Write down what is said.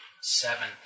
seven